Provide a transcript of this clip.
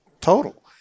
total